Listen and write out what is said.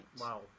Wow